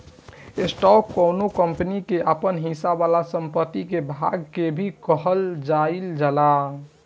stock कौनो company के आपन हिस्सा वाला संपत्ति के भाग के भी कहल जाइल जाला